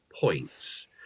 points